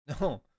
No